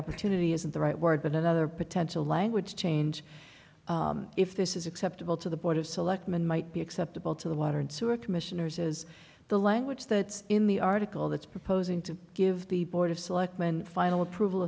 opportunity isn't the right word but another potential language change if this is acceptable to the board of selectmen might be acceptable to the water and sewer commissioners as the language that in the article that's proposing to give the board of selectmen final approval